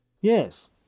yes